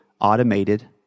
automated